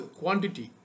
quantity